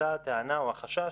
עלתה הטענה או החשש